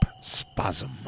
spasm